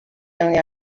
young